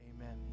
Amen